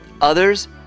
Others